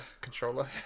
controller